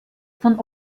von